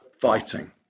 fighting